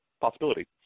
possibility